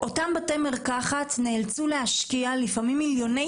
אותם בתי מרקחת נאלצו להשקיע לפעמים מיליוני